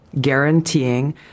guaranteeing